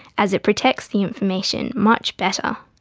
as it protects the information much better.